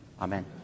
Amen